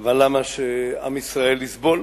אבל למה שעם ישראל יסבול?